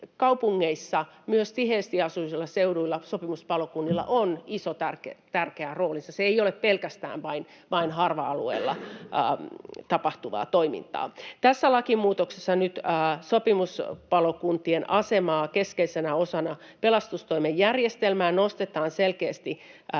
myös tiheästi asutuilla seuduilla, sopimuspalokunnilla on iso, tärkeä roolinsa. Se ei ole pelkästään harva-alueilla tapahtuvaa toimintaa. Tässä lakimuutoksessa nyt sopimuspalokuntien asemaa keskeisenä osana pelastustoimen järjestelmää nostetaan selkeästi